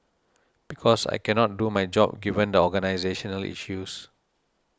because I cannot do my job given the organisational issues